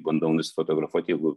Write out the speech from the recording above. bandau nusifotografuot jeigu